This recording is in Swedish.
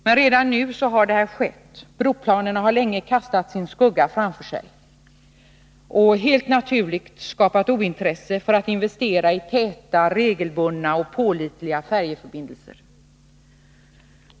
Men redan nu har detta skett: broplanerna har länge kastat sin skugga framför sig och helt naturligt skapat ointresse för investeringar i täta, regelbundna och pålitliga färjeförbindelser.